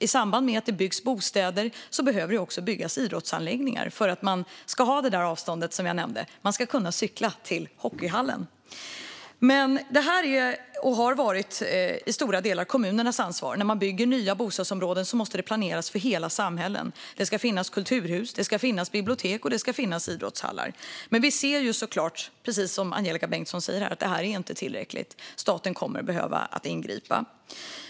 I samband med att det byggs bostäder behöver det också byggas idrottsanläggningar för att man ska ha det där avståndet som jag nämnde - man ska kunna cykla till hockeyhallen. Detta är och har till stor del varit kommunernas ansvar. När man bygger nya bostadsområden måste det planeras för hela samhällen. Det ska finnas kulturhus, bibliotek och idrottshallar. Men vi ser såklart, precis som Angelika Bengtsson säger, att detta inte är tillräckligt. Staten kommer att behöva ingripa.